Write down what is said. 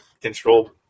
Control